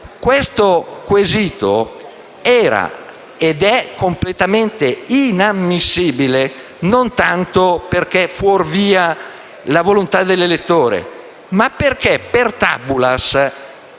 Tale quesito era, ed è, completamente inammissibile. Non tanto perché fuorvia la volontà dell'elettore, ma perché, *per tabulas*,